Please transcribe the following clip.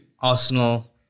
Arsenal